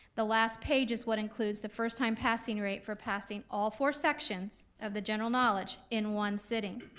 the last page is what includes the first time passing rate for passing all four sections of the general knowledge in one sitting,